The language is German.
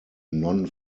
non